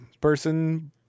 person